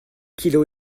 kilos